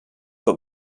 but